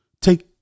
take